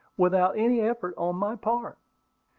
without any effort on my part.